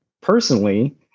personally